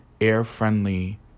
air-friendly